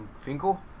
Finkel